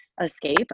escape